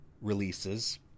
releases